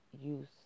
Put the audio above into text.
use